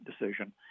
decision